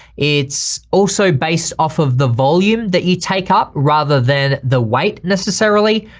it's also based off of the volume that you take up, rather than the weight necessarily.